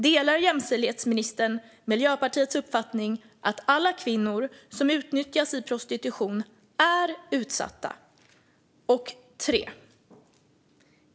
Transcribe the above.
Delar jämställdhetsministern Miljöpartiets uppfattning att alla kvinnor som utnyttjas i prostitution är utsatta?